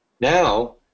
Now